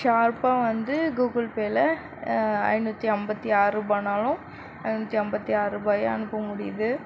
ஷார்ப்பாக வந்து கூகுள் பேயில் ஐநூற்று ஐம்பத்தி ஆறு ரூபானாலும் ஐநூற்றி ஐம்பத்தி ஆறு ரூபாயாக அனுப்ப முடியுது